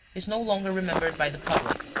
is no longer remembered by the public.